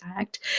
act